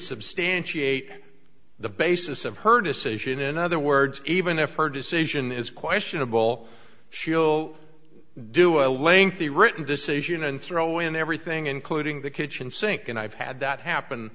substantiate the basis of her decision in other words even effort decision is questionable she'll do a lengthy written decision and throw in everything including the kitchen sink and i've had that happen